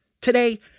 Today